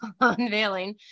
unveiling